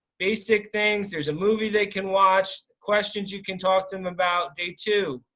basic things. there's a movie they can watch, questions you can talk to them about. day two,